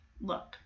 look